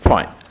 Fine